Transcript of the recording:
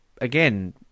again